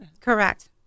Correct